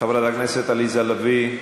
חברת הכנסת עליזה לביא,